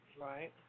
Right